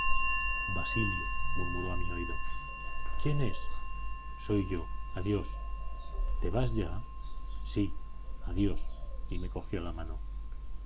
basilio murmuró a mi oído quién es soy yo adiós te vas ya sí adiós y me cogió una mano